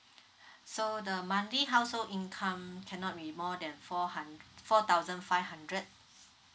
so the monthly household income cannot be more than four hundred four thousand five hundred